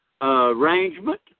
arrangement